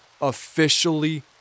officially